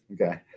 Okay